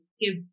give